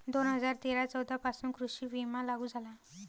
दोन हजार तेरा चौदा पासून कृषी विमा लागू झाला